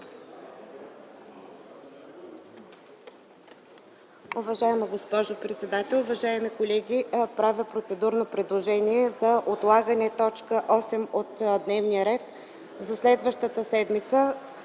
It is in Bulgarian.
Уважаема госпожо председател, уважаеми колеги, правя процедурно предложение за отлагане т. 8 от дневния ред за следващата седмица